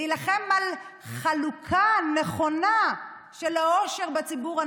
להילחם על חלוקה נכונה של העושר בציבור,